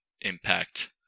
impact